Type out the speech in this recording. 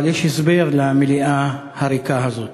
אבל יש הסבר למליאה הריקה הזאת,